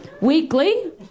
Weekly